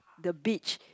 the beach